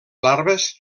larves